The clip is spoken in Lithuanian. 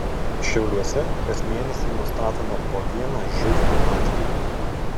šiauliuose kas mėnesį nustatoma po vieną živ atvejį